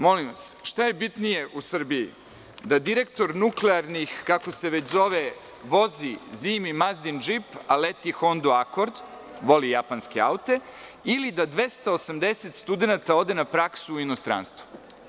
Molim vas, šta je bitnije u Srbiji, da direktor nuklearnih, kako se već zove, vozi zimi „Mazdin“ džip, a leti „Hondu akord“, voli japanske aute, ili da 280 studenata ode na praksu u inostranstvo?